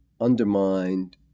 undermined